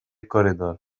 corridor